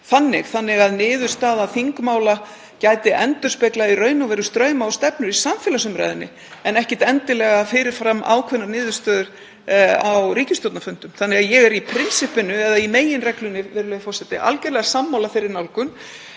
þannig að niðurstaða þingmála gæti endurspeglað í raun og veru strauma og stefnur í samfélagsumræðunni en ekkert endilega fyrir fram ákveðnar niðurstöður á ríkisstjórnarfundum. Þannig að ég er í prinsippinu, eða meginreglunni, virðulegi forseti, algerlega sammála þeirri nálgun.